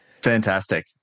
Fantastic